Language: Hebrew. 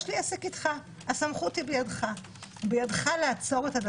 יש לי עסק איתך, הסמכות היא בידך.